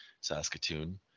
Saskatoon